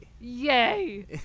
Yay